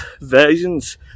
versions